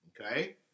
Okay